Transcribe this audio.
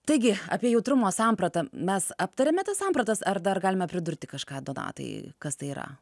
taigi apie jautrumo sampratą mes aptarėme tas sampratas ar dar galime pridurti kažką donatai kas tai yra